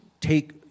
take